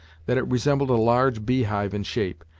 that it resembled a large beehive in shape,